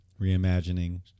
reimagining